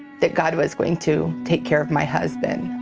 that god was going to take care of my husband.